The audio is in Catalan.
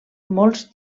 molts